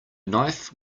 knife